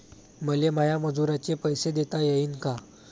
मले माया मजुराचे पैसे देता येईन का?